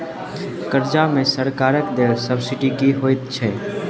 कर्जा मे सरकारक देल सब्सिडी की होइत छैक?